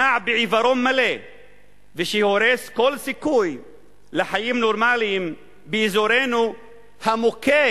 הנע בעיוורון מלא והורס כל סיכוי לחיים נורמליים באזורנו המוכה